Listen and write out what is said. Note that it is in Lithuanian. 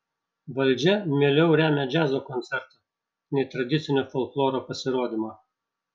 valdžia mieliau remia džiazo koncertą nei tradicinio folkloro pasirodymą